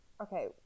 Okay